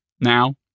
now